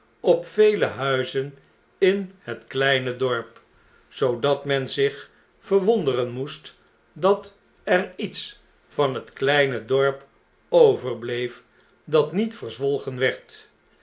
op vele huizen in het kleine dorp zoodat men zich verwonderen moest dat er iets van het kleine dorp overbleef dat niet verzwolgen werd